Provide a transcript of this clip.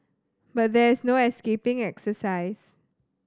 but there is no escaping exercise